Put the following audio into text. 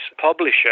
publisher